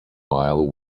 while